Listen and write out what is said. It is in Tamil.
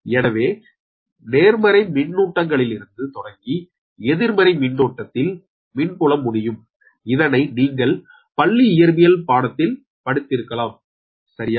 எனவே நேர்மறை மின்னூட்டங்களிலிருந்து தொடங்கி எதிர்மறை மின்னோட்டத்தில் மின்புலம் முடியும் இதனை நீங்கள் பள்ளி இயற்பியல் படத்தில் படித்திருக்கலாம் சரியா